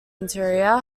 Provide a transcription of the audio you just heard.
interior